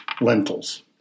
lentils